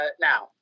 Now